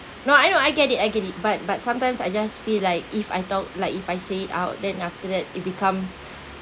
no I know I get it I get it but but sometimes I just feel like if I talk like if I say out then after that it becomes